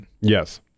Yes